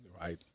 Right